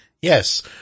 Yes